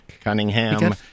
Cunningham